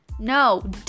No